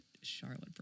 Charlotte